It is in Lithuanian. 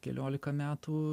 keliolika metų